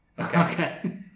okay